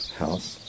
house